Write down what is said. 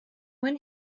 when